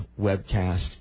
webcast